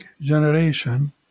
generation